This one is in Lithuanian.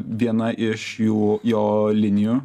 viena iš jų jo linijų